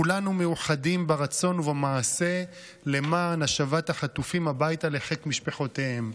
כולנו מאוחדים ברצון ובמעשה למען השבת החטופים הביתה לחיק משפחותיהם.